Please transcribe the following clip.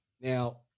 Now